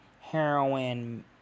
heroin